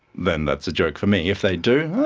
then that's a joke for me, if they do,